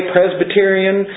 Presbyterian